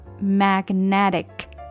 magnetic